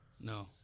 No